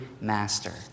master